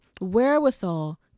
wherewithal